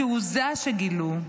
התעוזה שגילו,